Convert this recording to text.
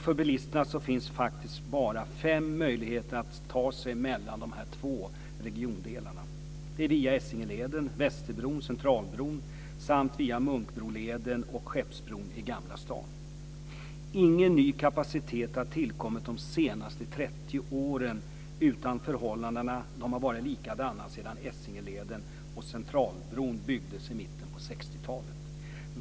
För bilisterna finns bara fem möjligheter att ta sig mellan de två regiondelarna. Det är via Essingeleden, Västerbron, Centralbron samt via Munkbroleden och Skeppsbron i Gamla stan. Ingen ny kapacitet har tillkommit de senaste 30 åren. Förhållandena har varit likadana sedan Essingeleden och Centralbron byggdes i mitten av 60-talet.